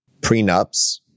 prenups